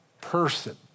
person